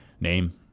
name